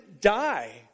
die